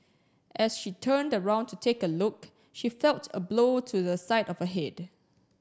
as she turned around to take a look she felt a blow to the side of a head